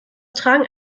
tragen